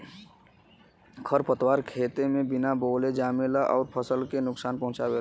खरपतवार खेते में बिना बोअले जामेला अउर फसल के नुकसान पहुँचावेला